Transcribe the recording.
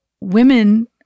Women